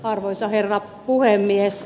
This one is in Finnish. arvoisa herra puhemies